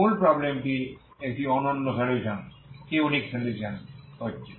মূল প্রবলেমটি একটি অনন্য সলিউশন হচ্ছে